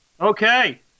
Okay